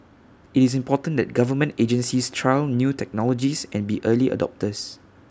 IT is important that government agencies try new technologies and be early adopters